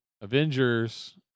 Avengers